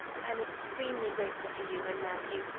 i'm extremely grateful to you and matthew.